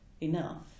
enough